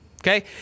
Okay